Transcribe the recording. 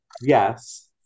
Yes